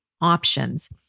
options